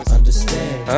Understand